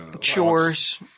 chores